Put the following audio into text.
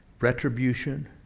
retribution